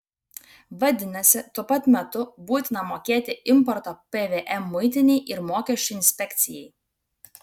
vadinasi tuo pat metu būtina mokėti importo pvm muitinei ir mokesčių inspekcijai